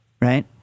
right